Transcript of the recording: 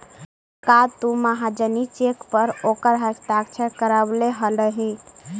का तु महाजनी चेक पर ओकर हस्ताक्षर करवले हलहि